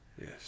Yes